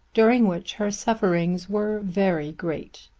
during which her sufferings were very great.